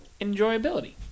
enjoyability